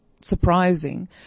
Surprising